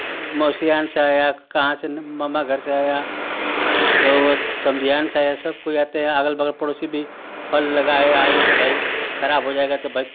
Mercian से आया कहाँ से मामा घर से आया और समधियान से आया सब कोई आते हैं अगल बगल पड़ोसी भी फल लगा है आयेगा तो भाई खराब हो जाएगा तो भाई